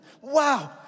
Wow